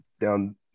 down